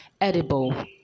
edible